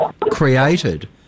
created